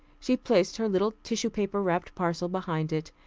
she placed her little tissue-paper-wrapped parcel behind it,